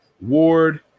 Ward